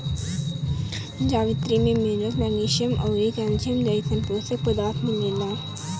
जावित्री में minerals, magnesium अउरी कैल्शियम जइसन पोषक पदार्थ मिलेला